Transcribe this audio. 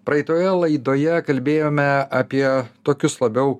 praeitoje laidoje kalbėjome apie tokius labiau